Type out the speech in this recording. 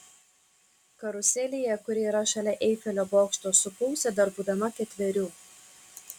karuselėje kuri yra šalia eifelio bokšto supausi dar būdama ketverių